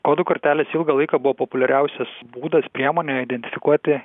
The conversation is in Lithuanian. kodų kortelės ilgą laiką buvo populiariausias būdas priemonė identifikuoti